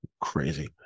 crazy